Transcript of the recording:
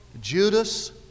Judas